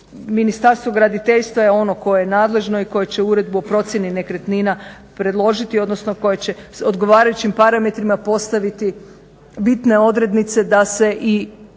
Ministarstvo graditeljstva je ono koje je nadležno i koje će uredbu o procjeni nekretnina predložiti odnosno koje će odgovarajućim parametrima postaviti bitne odrednice da se